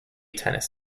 tennis